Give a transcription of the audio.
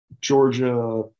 Georgia